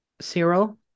Cyril